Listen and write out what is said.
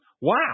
wow